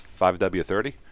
5W30